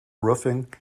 roofing